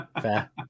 Fair